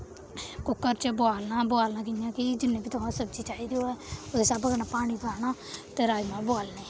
cooker च बोआलना बोआलना कि'यां कि जि'न्नी बी तुसें सब्जी चाहिदी होऐ उ'दे स्हाबै कन्नै पानी पाना ते राजमांह् बोआलने